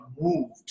moved